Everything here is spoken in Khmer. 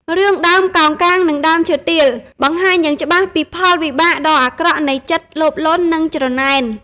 រឿង "ដើមកោងកាងនិងដើមឈើទាល" បង្ហាញយ៉ាងច្បាស់ពីផលវិបាកដ៏អាក្រក់នៃចិត្តលោភលន់និងច្រណែន។